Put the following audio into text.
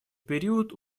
период